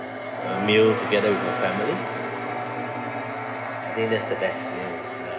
a meal together with your family I think that's the best meal ya